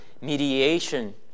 mediation